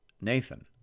Nathan